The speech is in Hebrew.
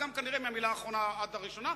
וגם כנראה מהמלה האחרונה עד הראשונה,